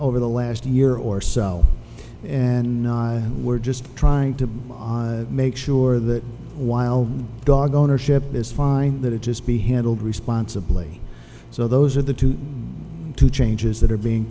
over the last year or so and we're just trying to make sure that while dog ownership is fine that it is be handled responsibly so those are the two two changes that are being